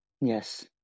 Yes